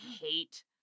hate